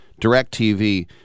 DirecTV